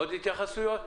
עוד התייחסויות?